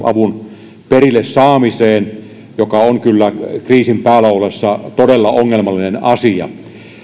avun perille saamiseen joka on kyllä kriisin päällä ollessa todella ongelmallinen asia